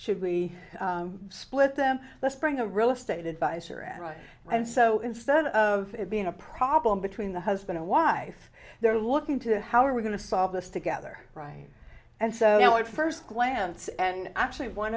should we split them let's bring a real estate advisor and and so instead of being a problem between the husband and wife they're looking to how are we going to solve this together right and so at first glance and actually one